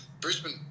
Brisbane